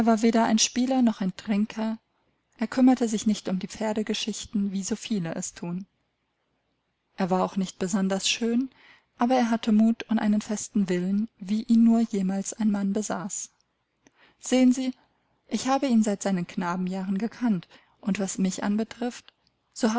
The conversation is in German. weder ein spieler noch ein trinker er kümmerte sich nicht um die pferdegeschichten wie soviele es thun er war auch nicht besonders schön aber er hatte mut und einen festen willen wie ihn nur jemals ein mann besaß sehen sie ich habe ihn seit seinen knabenjahren gekannt und was mich anbetrifft